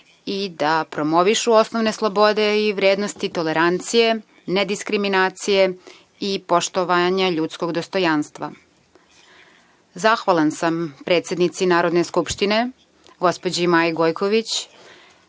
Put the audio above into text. i da promovišu osnovne slobode i vrednosti, tolerancije, nediskriminacije i poštovanja ljudskog dostojanstva. Zahvalan sam predsednici Narodne skupštine gospođi Maji Gojković